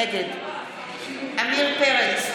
נגד עמיר פרץ,